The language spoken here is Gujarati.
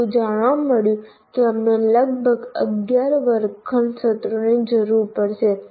એવું જાણવા મળ્યું કે અમને લગભગ 11 વર્ગખંડ સત્રોની જરૂર પડશે